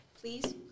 please